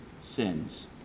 sins